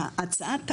הצעת החוק,